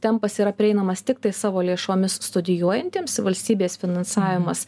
tempas yra prieinamas tiktai savo lėšomis studijuojantiems valstybės finansavimas